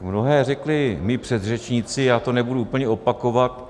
Mnohé řekli mí předřečníci, já to nebudu úplně opakovat.